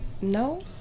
no